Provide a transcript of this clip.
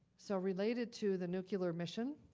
so related to the nuclear mission,